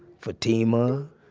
fatima i